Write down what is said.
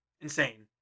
insane